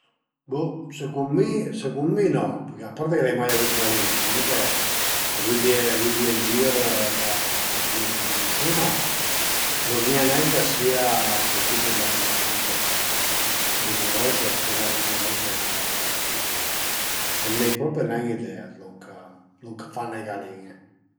Bo secund mi secund mi no, a parte che l'ai mai avü d'galin-e, comuncue a vëdie a vëdie ën gir da persun-e che cunusuma a më zmìa nen ch'a sia cul tipu d'animal li ch'a ricunos o ch'as far ricunosi dai pruprietari e n'ai propi nen idea d'lon d'lon ch'a fan le galin-e